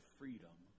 freedom